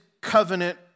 covenant